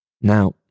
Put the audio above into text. Now